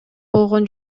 болгон